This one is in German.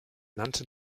nannte